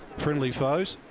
friendly foes.